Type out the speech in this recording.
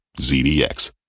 ZDX